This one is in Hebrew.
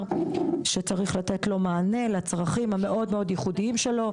וצריך לתת לו מענה לצרכים המאוד ייחודיים שלו.